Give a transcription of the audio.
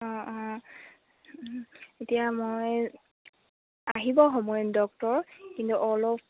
অঁ অঁ এতিয়া মই আহিব সময়ত ডক্টৰ কিন্তু অলপ